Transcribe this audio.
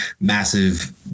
Massive